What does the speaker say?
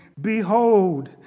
Behold